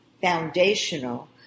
foundational